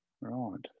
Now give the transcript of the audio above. Right